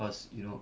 cause you know